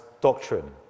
doctrine